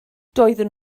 doeddwn